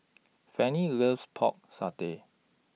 Fannye loves Pork Satay